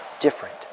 different